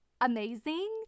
amazing